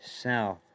South